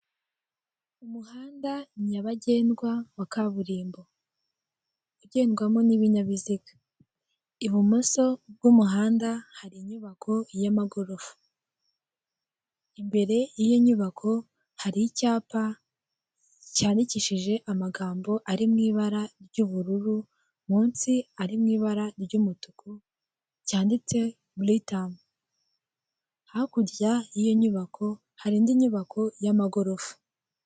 Umuhanda nyabagendwa wa kaburimbo. Ugendwamo n'ibinyabiziga. Ibumoso bw'umuhanda hari inyubako y'amagorofa. Imbere y'iyo nyubako hari icyapa cyandikishije amagambo ari mu ibara ry'ubururu, munsi ari mu ibara ry'umutuku cyanditse buritamu. Hakurya y'iyo nyubako hari indi nyubako y'amagorofa.